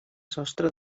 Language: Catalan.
sostre